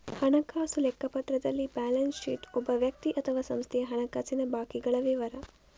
ಹಣಕಾಸು ಲೆಕ್ಕಪತ್ರದಲ್ಲಿ balance sheet ಒಬ್ಬ ವ್ಯಕ್ತಿ ಅಥವಾ ಸಂಸ್ಥೆಯ ಹಣಕಾಸಿನ ಬಾಕಿಗಳ ವಿವರ